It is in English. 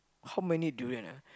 how many durian ah